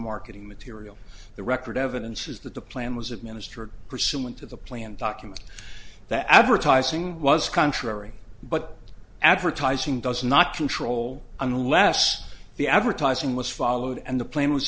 marketing material the record evidence is that the plan was administered pursuant to the plan documents that advertising was contrary but advertising does not control unless the ad tyson was followed and the plane was